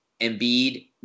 Embiid